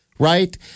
Right